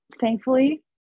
thankfully